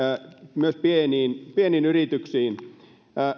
myös näihin pieniin yrityksiin